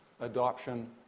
Adoption